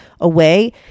away